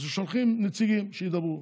אז הם שולחים נציגים שידברו.